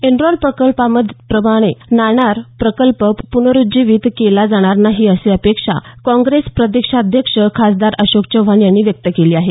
Enron प्रकल्पाप्रमाणे नाणार प्रकल्प पुनरुज्जीवीत केला जाणार नाही अशी अपेक्षा काँग्रेस प्रदेशाध्यक्ष खासदार अशोक चव्हाण यांनी व्यक्त केली आहे